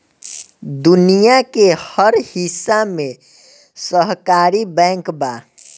दुनिया के हर हिस्सा में सहकारी बैंक बा